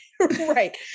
right